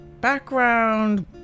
background